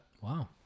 wow